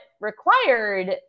required